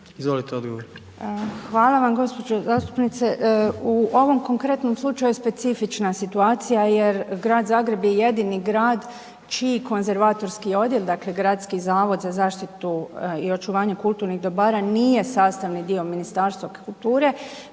Hvala vam gđo. zastupnice. U ovom konkretnom slučaju je specifična situacija jer Grad Zagreb je jedini grad čiji konzervatorski odjel, dakle Gradski zavod za zaštitu i očuvanje kulturnih dobara nije sastavni dio Ministarstva kulture.